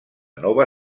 nova